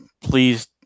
please